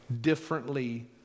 differently